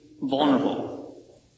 vulnerable